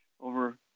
over